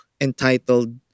entitled